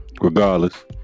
Regardless